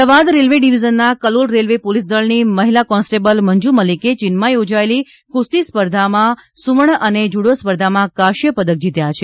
Ahmedabad railway ડીવીઝનના Kalol railway police દળની મહિલા કોન્સ્ટેબલ મંજૂ મલિકે ચીનમાં યોજાયેલી કુસ્તી સ્પર્ધામાં સુવર્ણ અને જ્યુડો સ્પર્ધામાં કાંસ્ય પદક જીત્યા છે